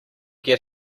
get